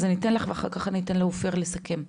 אז אני אתן לך ואחר כך אני אתן לאופיר שיגיד את דבריו,